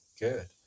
Good